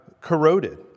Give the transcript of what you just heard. corroded